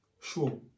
Sure